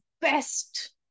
best